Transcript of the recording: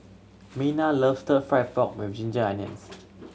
Minna loves Stir Fry pork with ginger onions